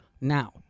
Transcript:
now